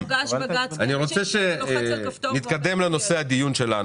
אני רוצה להתקדם לנושא הדיון שלנו.